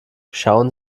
schauen